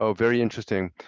ah very interesting.